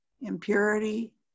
impurity